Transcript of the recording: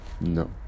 no